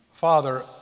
Father